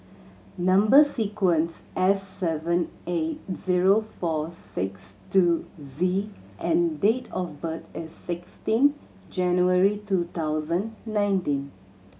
number sequence S seven eight zero four six two Z and date of birth is sixteen January two thousand nineteen